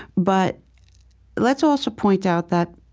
but let's also point out that